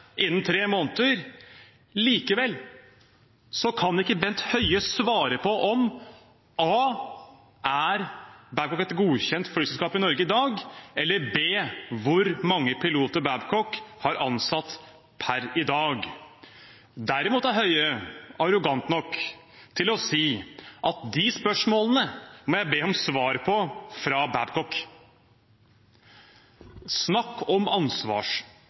innen tre måneder. Likevel kan ikke Bent Høie svare på a), om Babcock er et godkjent flyselskap i Norge i dag, eller b), hvor mange piloter Babcock har ansatt per i dag. Derimot er Høie arrogant nok til å si at de spørsmålene må jeg be om svar på fra Babcock. Snakk om